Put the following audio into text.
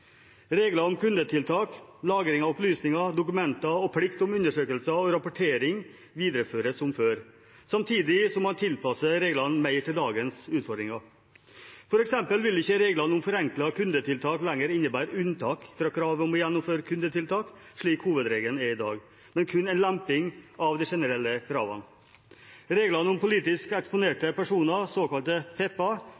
Regler om kundetiltak, lagring av opplysninger og dokumenter og plikt om undersøkelser og rapportering videreføres som før, samtidig som man tilpasser reglene mer til dagens utfordringer. For eksempel vil ikke reglene om forenklede kundetiltak lenger innebære unntak fra kravet om å gjennomføre kundetiltak, slik hovedregelen er i dag, men kun en lemping av de generelle kravene. Reglene om politisk eksponerte